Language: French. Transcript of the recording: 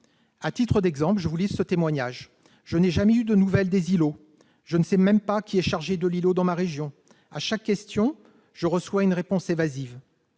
À titre d'exemple, je veux vous livre ce témoignage :« Je n'ai jamais eu de nouvelles des îlots. Je ne sais même pas qui est chargé de l'îlot dans ma région. À chaque question, je reçois une réponse évasive.